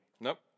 Nope